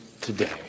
today